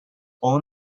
own